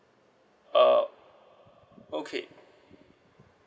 err okay